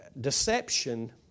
Deception